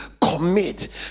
commit